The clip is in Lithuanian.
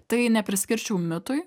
tai nepriskirčiau mitui